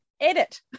edit